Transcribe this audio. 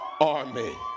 army